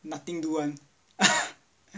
nothing do [one]